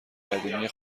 قدیمی